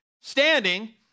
standing